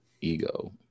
ego